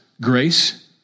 grace